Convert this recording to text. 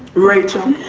rachel,